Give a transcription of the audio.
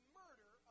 murder